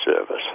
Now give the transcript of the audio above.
service